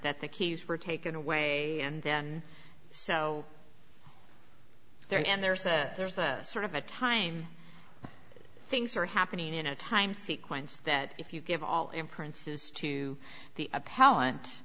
that the keys were taken away and then so there and there's a there's a sort of a time things are happening in a time sequence that if you give all in princes to the